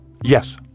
Yes